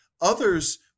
Others